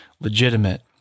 legitimate